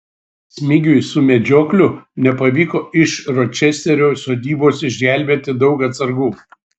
smigiui su medžiokliu nepavyko iš ročesterio sodybos išgelbėti daug atsargų